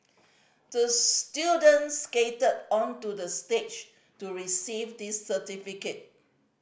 the student skated onto the stage to receive this certificate